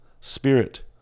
spirit